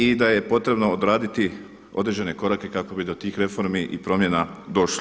I da je potrebno odraditi određene korake kako bi do tih reformi i promjena došlo.